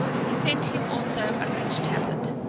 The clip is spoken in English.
he sent him also a rich tablet,